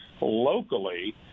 locally